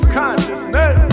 consciousness